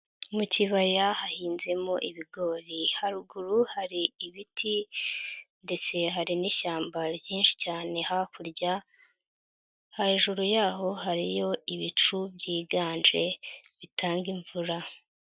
Mu kibaya hahinzemo ibigori, haruguru hari ibiti ndetse hari n'ishyamba ryinshi cyane hakurya, hejuru yaho hariyo ibicu byiganje, bitanga imvura.